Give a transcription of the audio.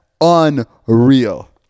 unreal